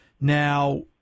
now